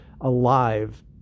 alive